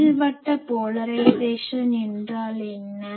நீள்வட்ட போலரைஸேசன் என்றால் என்ன